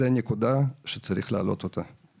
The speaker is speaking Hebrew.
זאת נקודה שצריך להעלות אותה.